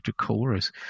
chorus